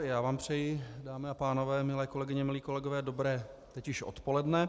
Já vám přeji, dámy a pánové, milé kolegyně, milí kolegové, dobré teď už odpoledne.